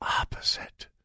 opposite